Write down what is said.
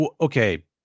okay